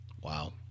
Wow